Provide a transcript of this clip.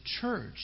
church